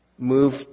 Move